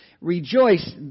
rejoice